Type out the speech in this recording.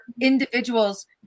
individuals